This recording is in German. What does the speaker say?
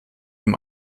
ihm